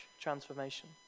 transformation